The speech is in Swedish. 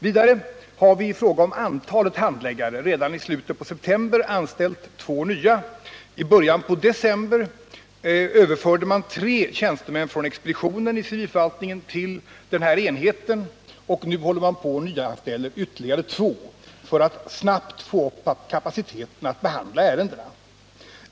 Vidare har vi i fråga om antalet handläggare redan i slutet på september anställt två nya. I början på december överförde man tre tjänstemän från expeditionen i civilförvaltningen till den här enheten, och nu håller man på att nyanställa ytterligare två för att snabbt få upp kapaciteten att behandla ärendena.